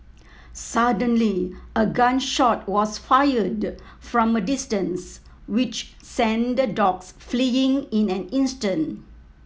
suddenly a gun shot was fired from a distance which sent the dogs fleeing in an instant